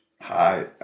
Hi